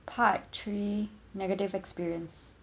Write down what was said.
part three negative experience